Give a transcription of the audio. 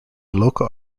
local